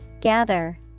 Gather